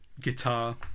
guitar